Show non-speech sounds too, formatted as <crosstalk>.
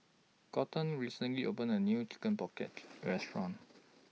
Colton recently opened A New Chicken Pocket <noise> Restaurant